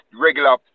regular